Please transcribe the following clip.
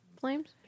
flames